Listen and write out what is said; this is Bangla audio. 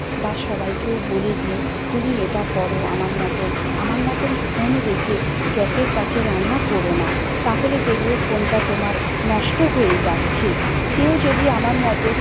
বা সবাইকেও বলে দিই তুমি এটা করো আমার মতন আমার মতন ফোন রেখে গ্যাসের কাছে রান্না কোরো না তাহলে দেখবে ফোনটা তোমার নষ্ট হয়ে যাচ্ছে সেও যদি আমার মতো